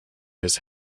his